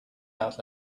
out